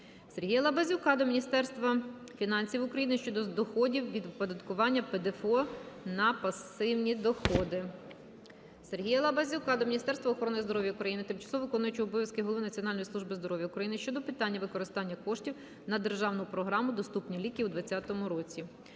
Сергія Лабазюка до Міністерства фінансів України щодо доходів від оподаткування ПДФО на пасивні доходи. Сергія Лабазюка до Міністерства охорони здоров'я України, тимчасово виконуючого обов'язки голови Національної служби здоров'я України щодо питань використання коштів на державну програму "Доступні ліки" у 2020 році.